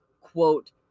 quote